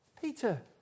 Peter